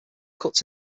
cuts